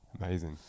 Amazing